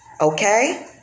Okay